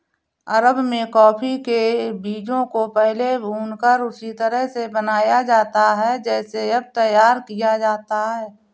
अरब में कॉफी के बीजों को पहले भूनकर उसी तरह से बनाया जाता था जैसे अब तैयार किया जाता है